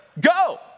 Go